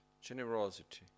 generosity